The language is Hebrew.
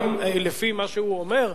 לפי מה שהוא אומר,